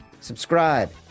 subscribe